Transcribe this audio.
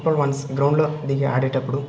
football once గ్రౌండ్లో దిగి ఆడేటప్పుడు